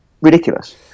ridiculous